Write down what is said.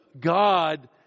God